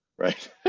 Right